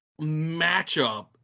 matchup